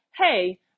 hey